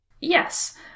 Yes